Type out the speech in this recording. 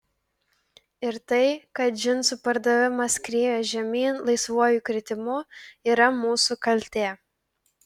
ir tai kad džinsų pardavimas skrieja žemyn laisvuoju kritimu yra mūsų kaltė